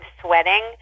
sweating